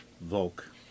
Volk